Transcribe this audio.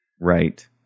Right